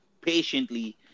patiently